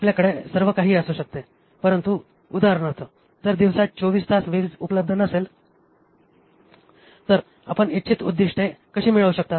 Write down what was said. आपल्याकडे सर्वकाही असू शकते परंतु उदाहरणार्थ जर दिवसा 24 तास वीज उपलब्ध नसेल तर आपण इच्छित उद्दिष्टे कशी मिळवू शकता